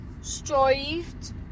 Strived